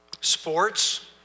sports